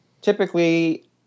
typically